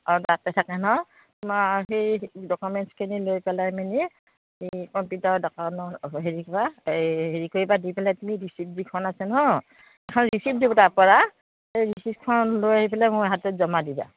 অঁ তাতে থাকে ন তোমাৰ সেই ডকুমেণ্টছখিনি লৈ পেলাই মেলি এই কম্পিউটাৰ দোকানত হেৰি কা এই হেৰি কৰিবা দি পেলাই তুমি ৰিচিপ্ট কিখন আছে নহয় এখন ৰিচিপ্ট দিব তাৰ পৰা সেই ৰিচিপ্টখন লৈ আহি পেলাই মোৰ হাতত জমা দিবা